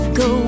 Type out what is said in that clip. go